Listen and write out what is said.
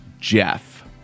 Jeff